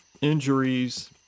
injuries